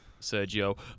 Sergio